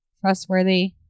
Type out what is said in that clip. trustworthy